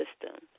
system